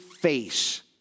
face